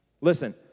Listen